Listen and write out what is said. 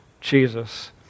Jesus